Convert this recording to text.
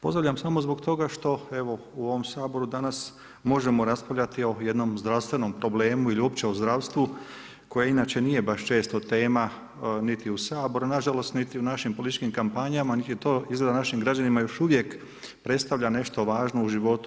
Pozdravljam samo zbog toga što evo u ovom Saboru danas možemo raspravljati o jednom zdravstvenom problemu ili uopće o zdravstvu koje inače nije baš često tema niti u Saboru na žalost, niti u našim političkim kampanjama niti to izgleda našim građanima još uvijek predstavlja nešto važno u životu.